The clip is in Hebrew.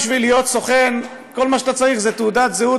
בשביל להיות סוכן כל מה שאתה צריך זה תעודת זהות